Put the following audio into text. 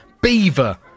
Beaver